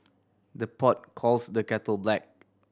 the pot calls the kettle black